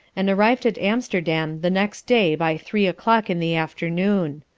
and arriv'd at amsterdam the next day by three o'clock in the afternoon.